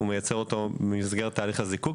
בז"ן מייצרת אותו במסגרת תהליך הזיקוק.